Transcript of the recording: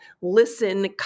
Listen